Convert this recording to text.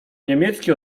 niemieckie